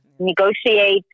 Negotiate